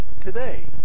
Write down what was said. today